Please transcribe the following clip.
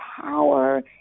power